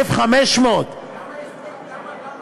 1,500. למה?